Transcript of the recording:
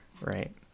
Right